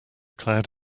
cloud